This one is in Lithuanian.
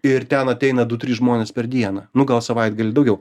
ir ten ateina du trys žmonės per dieną nu gal savaitgalį daugiau